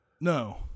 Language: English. No